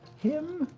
him?